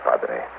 padre